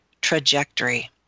trajectory